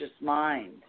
mind